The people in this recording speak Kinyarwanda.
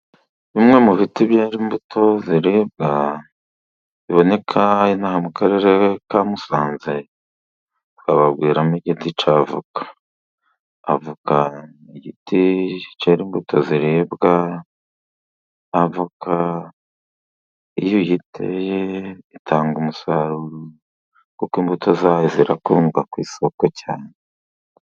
Bimwe mu biti byera imbuto ziribwa biboneka inaha mu karere ka Musanze twababwiramo igiti cya avoka, avoka ni igiti cy'imbuto ziribwa, avoka iyo uyiteye itanga umusaruro kuko imbuto zayo zirakundwa ku isoko cyane.